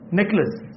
necklace